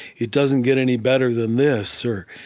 it doesn't get any better than this. or,